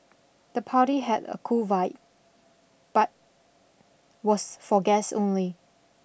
the party had a cool vibe but was for guests only